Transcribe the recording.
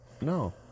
no